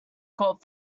caught